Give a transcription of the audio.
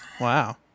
Wow